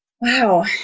wow